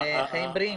על חיים בריאים.